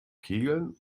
kegeln